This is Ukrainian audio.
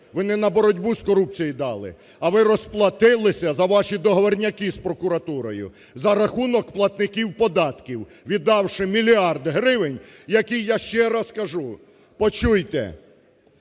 Ви не на боротьбу з корупцією дали, а ви розплатились за ваші договорняки з прокуратурою за рахунок платників податків, віддавши мільярд гривень, який, я ще раз кажу, почуйте,